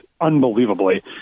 unbelievably